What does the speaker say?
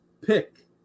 pick